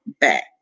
back